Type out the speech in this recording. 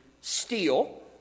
steal